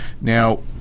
Now